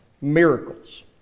miracles